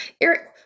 eric